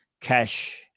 cash